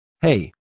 Hey